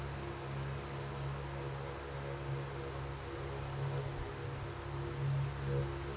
Online payment ಮಾಡೇವಿ ರೊಕ್ಕಾ ನಮ್ ಖಾತ್ಯಾಗ ಖರ್ಚ್ ಆಗ್ಯಾದ ಅವ್ರ್ ರೊಕ್ಕ ಜಮಾ ಆಗಿಲ್ಲ ಅಂತಿದ್ದಾರ ಏನ್ ಮಾಡ್ಬೇಕ್ರಿ ಸರ್?